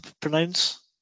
pronounce